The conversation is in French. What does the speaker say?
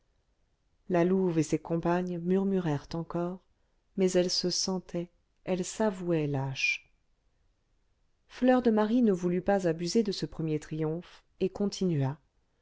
la louve et ses compagnes murmurèrent encore mais elles se sentaient elles s'avouaient lâches fleur de marie ne voulut pas abuser de ce premier triomphe et continua